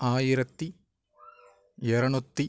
ஆயிரத்து இரநூத்தி